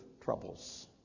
troubles